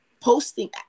Posting